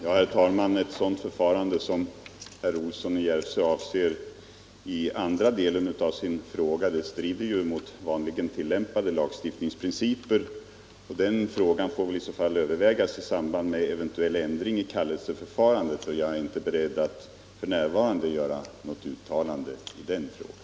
Herr talman! Ett sådant förfarande som herr Olsson i Järvsö avser i andra delen av sin fråga strider ju mot vanligen tillämpade lagstiftningsprinciper. Den frågan får väl övervägas i samband med en eventuell ändring i kallelseförfarandet, och jag är inte beredd att f. n. göra något uttalande på den punkten.